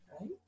right